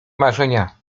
marzenia